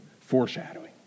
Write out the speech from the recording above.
foreshadowing